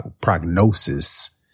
prognosis